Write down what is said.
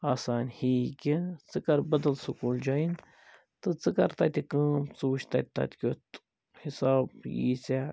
آسان ہییی کیٚنٛہہ ژٕ کر بَدَل سکوٗل جۄیِن تہٕ ژٕ کَر تتہِ کٲم ژٕ وُچھ تتہِ تتہِ کیٛتھ حِساب یِیی ژےٚ